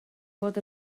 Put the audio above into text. bod